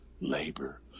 labor